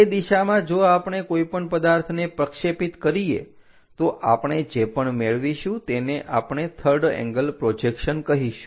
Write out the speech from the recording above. તે દિશામાં જો આપણે કોઈપણ પદાર્થને પ્રક્ષેપિત કરીએ તો આપણે જે પણ મેળવીશું તેને આપણે થર્ડ એંગલ પ્રોજેક્શન કહીશું